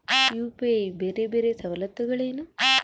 UPI ಬೇರೆ ಬೇರೆ ಸವಲತ್ತುಗಳೇನು?